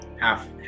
half